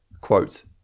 quote